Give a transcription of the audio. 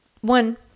one